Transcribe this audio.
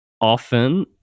often